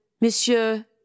Monsieur